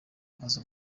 azi